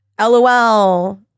LOL